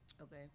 Okay